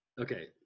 Okay